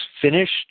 finished